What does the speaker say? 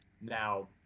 Now